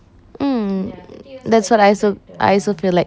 mm that's what I also I also feel like